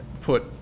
put